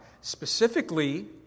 specifically